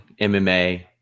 MMA